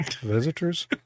visitors